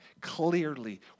clearly